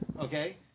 Okay